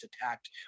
attacked